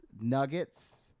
Nuggets